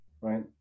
Right